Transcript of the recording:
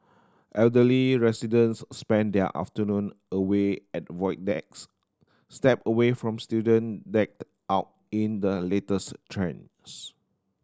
elderly residents spend their afternoon away at void decks step away from student decked out in the latest trends